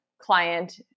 client